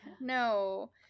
No